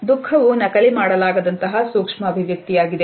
ದುಃಖವು ನಕಲಿ ಮಾಡಲಾಗದಂತಹ ಸೂಕ್ಷ್ಮ ಅಭಿವ್ಯಕ್ತಿಯಾಗಿದೆ